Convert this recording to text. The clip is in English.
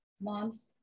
Moms